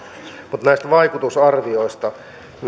mutta näistä vaikutusarvioista